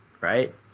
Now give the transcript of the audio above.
right